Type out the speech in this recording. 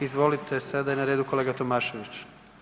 Izvolite, sada je na redu kolega Tomašević.